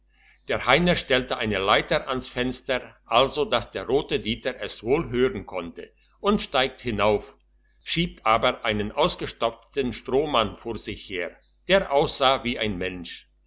der heiner stellte eine leiter ans fenster also dass der rote dieter es wohl hören konnte und steigt hinauf schiebt aber einen ausgestopften strohmann vor sich her der aussah wie ein mensch